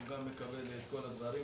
שהוא גם מקבל את כל הדברים.